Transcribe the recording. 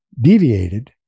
deviated